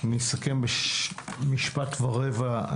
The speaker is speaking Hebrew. אני אסכם במשפט ורבע.